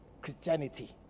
Christianity